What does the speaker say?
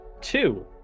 Two